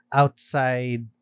outside